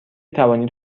توانید